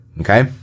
Okay